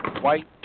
white